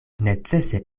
necese